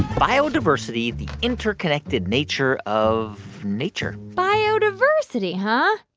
biodiversity the interconnected nature of nature. biodiversity, huh?